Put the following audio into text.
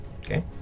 Okay